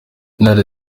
intare